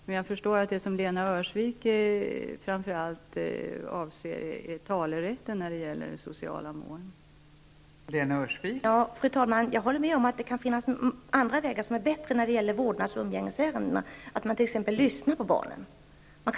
Men jag förstår att det som Lena Öhrsvik framför allt avser är talerätten när det gäller sociala mål.